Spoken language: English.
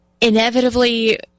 inevitably